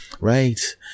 right